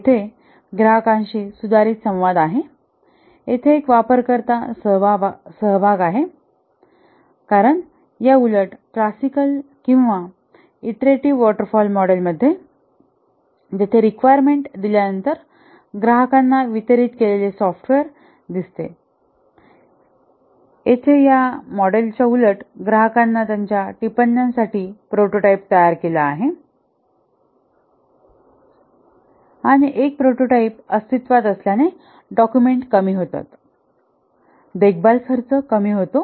येथे ग्राहकांशी सुधारित संवाद आहे येथे एक वापरकर्ता सहभाग आहे कारण या उलट क्लासिकल किंवा इटरेटीव्ह वॉटर फॉल मॉडेल जेथे रिक्वायरमेंट दिल्यानंतर ग्राहकांना वितरित केलेले सॉफ्टवेअर दिसते येथे या मॉडेल च्या उलट ग्राहकांना त्याच्या टिप्पण्यांसाठी प्रोटोटाइप तयार केला आहे आणि एक प्रोटोटाइप अस्तित्त्वात असल्याने डाक्युमेंट कमी होतात देखभाल खर्च कमी होतो